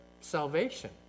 salvation